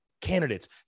candidates